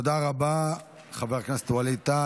תודה רבה, חבר הכנסת ווליד טאהא.